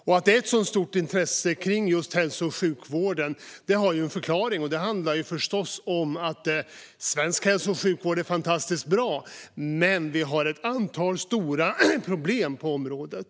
Att det finns ett så stort intresse kring just hälso och sjukvården har ju sin förklaring: Svensk hälso och sjukvård är fantastiskt bra, men vi har ett antal stora problem på området.